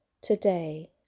today